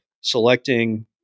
selecting